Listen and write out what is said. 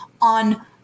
on